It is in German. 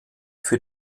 für